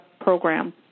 program